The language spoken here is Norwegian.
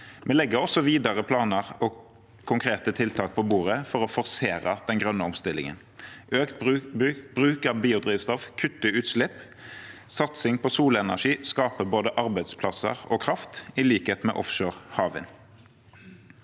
Vi legger også videre planer og konkrete tiltak på bordet for å forsere den grønne omstillingen. Økt bruk av biodrivstoff kutter utslipp, og satsing på solenergi skaper både arbeidsplasser og kraft, i likhet med offshore havvind.